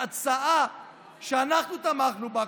זו הצעה שאנחנו תמכנו בה,